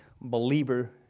believer